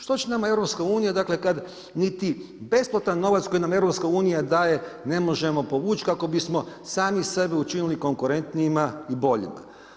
Što će nama EU kad niti besplatan novac koji nam EU daje ne možemo povući kako bismo sami sebe učinili konkurentnijima i boljima.